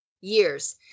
years